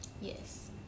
Yes